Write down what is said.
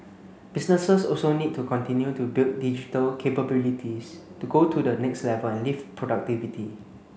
businesses also need to continue to build digital capabilities to go to the next level and lift productivity